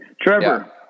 trevor